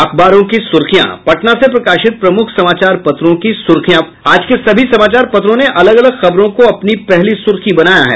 अब पटना से प्रकाशित प्रमुख समाचार पत्रों की सुर्खियां आज के सभी समाचार पत्रों ने अलग अलग खबरों को अपनी पहली सुर्खी बनायी है